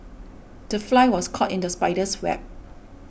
the fly was caught in the spider's web